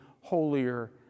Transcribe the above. holier